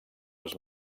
els